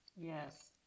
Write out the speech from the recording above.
Yes